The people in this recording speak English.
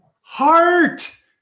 heart